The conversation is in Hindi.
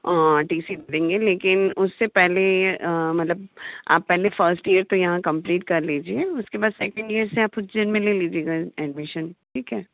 टी सी देंगे लेकिन उससे पहले मतलब आप पहले फ़र्स्ट यर तो यहाँ कंप्लीट कर लीजिए उसके बाद सेकंड यर से आप उज्जैन में ले लीजिएगा एडमिशन ठीक है